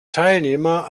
teilnehmer